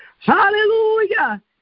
hallelujah